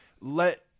let